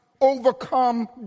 overcome